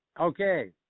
Okay